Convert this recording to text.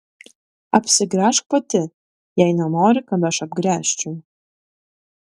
apsigręžk pati jei nenori kad aš apgręžčiau